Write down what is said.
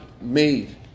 made